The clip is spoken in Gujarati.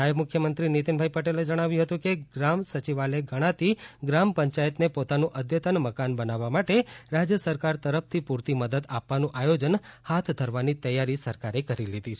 નાયબ મુખ્યમંત્રી નીતિનભાઇ પટેલે જણાવ્યુ હતું કે ગ્રામ સચિવાલય ગણાતી ગ્રામ પંચાયતને પોતાનું અદ્યતન મકાન બનાવવા માટે રાજય સરકાર તરફ થી પૂરતી મદદ આપવાનું આયોજન હાથ ધરવાની તૈયારી સરકારે કરી લીધી છે